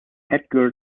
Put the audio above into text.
edgar